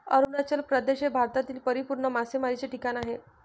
अरुणाचल प्रदेश हे भारतातील परिपूर्ण मासेमारीचे ठिकाण आहे